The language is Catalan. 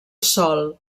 sol